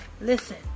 Listen